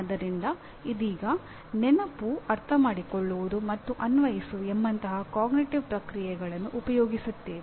ಆದ್ದರಿಂದ ಇದೀಗ ನೆನಪು ಅರ್ಥಮಾಡಿಕೊಳ್ಳುವುದು ಮತ್ತು ಅನ್ವಯಿಸು ಎಂಬಂತಹ ಕಾಗ್ನಿಟಿವ್ ಪ್ರಕ್ರಿಯೆಗಳನ್ನು ಉಪಯೋಗಿಸುತ್ತೇವೆ